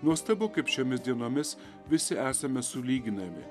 nuostabu kaip šiomis dienomis visi esame sulyginami